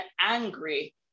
angry